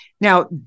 Now